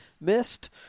missed